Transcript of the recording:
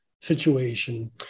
situation